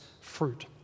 fruit